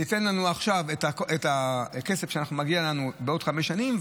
תן לנו עכשיו את הכסף שמגיע לנו בעוד חמש שנים,